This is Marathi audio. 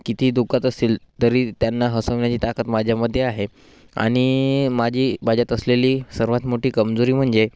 किती दुखत असेल तरी त्यांना हसवण्याची ताकद माझ्यामध्ये आहे आणि माझी माझ्यात असलेली सर्वात मोठी कमजोरी म्हणजे